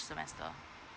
semester